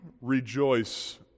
rejoice